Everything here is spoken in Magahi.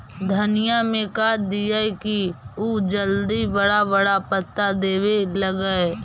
धनिया में का दियै कि उ जल्दी बड़ा बड़ा पता देवे लगै?